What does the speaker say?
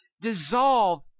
dissolve